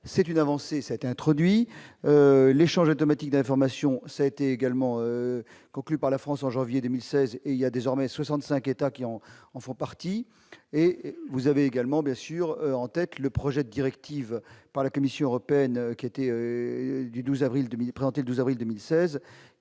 c'est une avancée, ça été introduit l'échange automatique d'informations, ça a été également conclu par la France en janvier 2016 et il y a désormais 65 États qui ont en font partie et vous avez également bien sûr en tête le projet directive par la Commission européenne qui était et du 12 avril 2000,